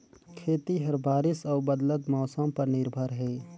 खेती ह बारिश अऊ बदलत मौसम पर निर्भर हे